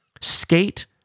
skate